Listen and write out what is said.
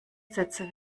sätze